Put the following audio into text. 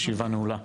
הישיבה נעולה.